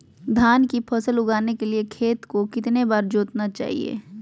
धान की फसल उगाने के लिए खेत को कितने बार जोतना चाइए?